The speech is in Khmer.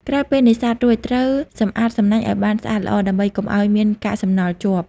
ក្រោយពេលនេសាទរួច ត្រូវសម្អាតសំណាញ់ឲ្យបានស្អាតល្អ ដើម្បីកុំឲ្យមានកាកសំណល់ជាប់។